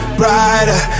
brighter